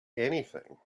anything